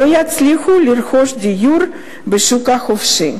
לא יצליחו לרכוש דיור בשוק החופשי.